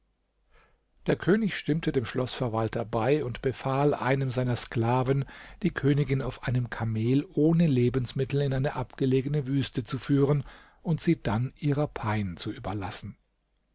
der könig stimmte dem schloßverwalter bei und befahl einem seiner sklaven die königin auf einem kamel ohne lebensmittel in eine abgelegene wüste zu führen und sie dann ihrer pein zu überlassen